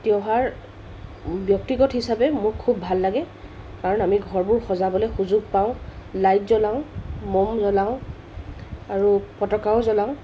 ত্যোহাৰ ব্যক্তিগত হিচাপে মোক খুব ভাল লাগে কাৰণ আমি ঘৰবোৰ সজাবলৈ সুযোগ পাওঁ লাইট জ্বলাওঁ মম জ্বলাওঁ আৰু ফটকাও জ্বলাওঁ